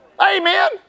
Amen